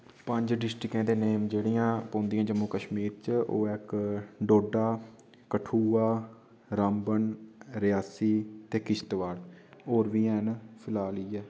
पंज डिस्ट्रिकें दे नेम जेह्ड़ियां पौंदियां जम्मू कश्मीर च ओह् ऐ इक डोडा कठुआ रामबन रियासी ते किश्तवाड़ होर बी हैन फिलहाल इ'यै